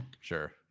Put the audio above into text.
Sure